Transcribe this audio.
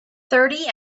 thirty